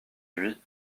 lui